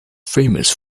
famous